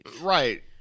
Right